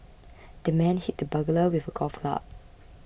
the man hit the burglar with a golf club